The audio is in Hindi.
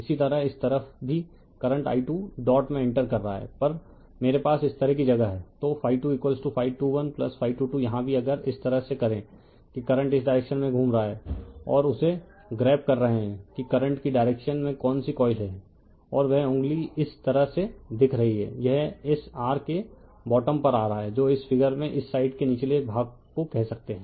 इसी तरह इस तरफ भी करंट i 2 डॉट में इंटर कर रहा है पर मेरे पास इस तरह की जगह है यहाँ भी अगर इस तरह से करें कि करंट इस डायरेक्शन में घूम रहा है और उसे ग्रैब कर रहे है कि करंट की डायरेक्शन में कौन सी कॉइल है और वह उंगली इस तरह से दिख रही है यह इस r के बॉटम पर आ रहा है जो इस फिगर में इस साइड के निचले भाग को कह सकते हैं